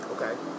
Okay